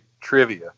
trivia